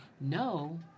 No